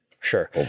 Sure